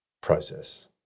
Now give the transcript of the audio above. process